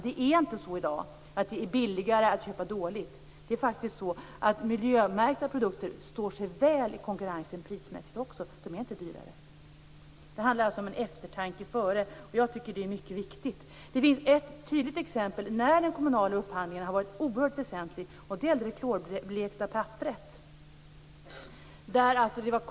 Det är inte så i dag att det är billigare att köpa dåligt, utan det är faktiskt så att miljömärkta produkter också prismässigt står sig väl i konkurrensen. De är nämligen inte dyrare. Det handlar alltså om eftertanke före. Detta tycker jag är mycket viktigt. Det finns ett tydligt exempel på när kommunal upphandling varit oerhört väsentlig. Det gäller då klorblekt papper.